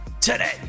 Today